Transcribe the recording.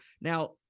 Now